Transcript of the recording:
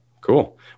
cool